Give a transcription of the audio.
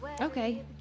Okay